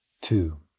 two